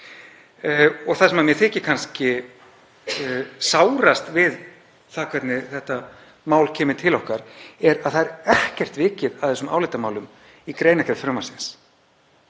Það sem mér þykir kannski sárast við það hvernig þetta mál kemur til okkar er að það er ekkert vikið að þessum álitamálum í greinargerð frumvarpsins,